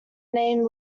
name